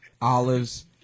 olives